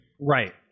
right